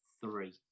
three